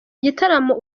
igitaramo